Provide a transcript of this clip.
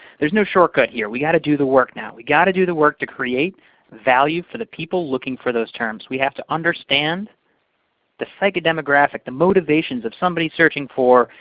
there's no shortcut here. we gotta do the work now. we gotta do the work to create value for the people looking for those terms. we have to understand the psyche demographic, the motivations of somebody searching for,